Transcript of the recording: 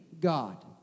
God